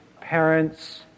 parents